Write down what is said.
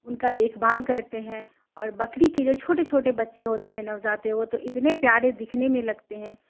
ان کا دیکھ بھال کرتے ہیں اور بکری کی جو چھوٹے چھوٹے بچے ہوتے ہیں نوزائدہ وہ تو اتنے پیارے دکھنے میں لگتے ہیں